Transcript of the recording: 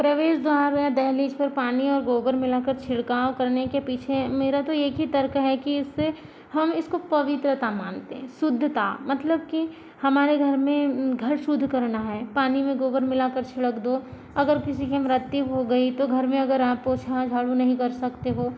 प्रवेश द्वार व दहलीज पर पानी और गोबर मिला कर छिड़काव करने के पीछे मेरा तो एक ही तर्क है कि इससे हम इसको पवित्रता मानते है शुद्धता मतलब कि हमारे घर में घर शुद्ध करना है पानी में गोबर मिला कर छिड़क दो अगर किसी की मृत्यु हो गई तो घर मे अगर आप पोछा झाड़ू नहीं कर सकते हो